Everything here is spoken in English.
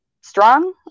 strong